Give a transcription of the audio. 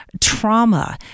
trauma